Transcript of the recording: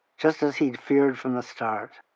just as he'd feared from the start,